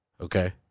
okay